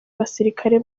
basirikare